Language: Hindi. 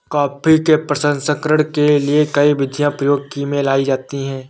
कॉफी के प्रसंस्करण के लिए कई विधियां प्रयोग में लाई जाती हैं